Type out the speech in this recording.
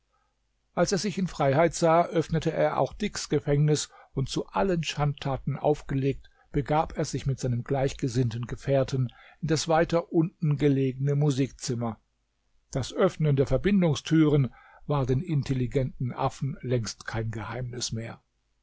als er sich in freiheit sah öffnete er auch dicks gefängnis und zu allen schandtaten aufgelegt begab er sich mit seinem gleichgesinnten gefährten in das weiter unten gelegene musikzimmer das öffnen der verbindungstüren war den intelligenten affen längst kein geheimnis mehr